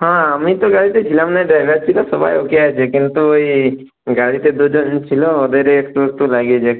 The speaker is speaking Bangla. হ্যাঁ আমিতো গাড়িতে ছিলাম না ড্রাইভার ছিল সবাই ওকে আছে কিন্তু ওই গাড়িতে দুজন ছিল ওদেরই একটু একটু লেগেছে